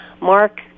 Mark